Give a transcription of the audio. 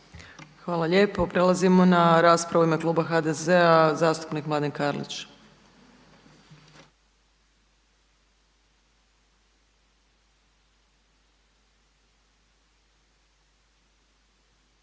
Hvala lijepo. Prelazimo na raspravu i ime kluba HDZ-a zastupnik Mladen Karlić.